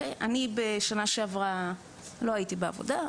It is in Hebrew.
אני בשנה שעברה לא הייתי בעבודה,